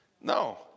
No